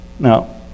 Now